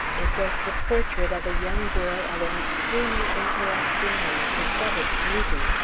it was the portrait of a young girl of an extremely interesting and pathetic beauty.